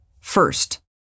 First